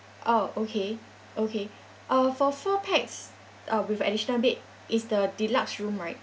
oh okay okay uh four four pax uh with additional bed is the deluxe room right